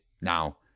now